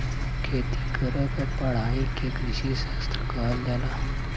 खेती करे क पढ़ाई के कृषिशास्त्र कहल जाला